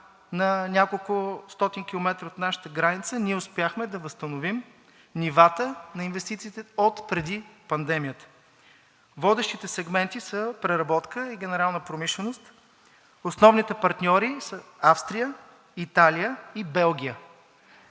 на няколкостотин километра от нашата граница, ние успяхме да възстановим нивата на инвестициите отпреди пандемията. Водещите сегменти са преработка и генерална промишленост. Основните партньори са Австрия, Италия и Белгия.